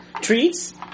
Treats